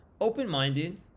open-minded